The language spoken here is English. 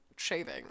shaving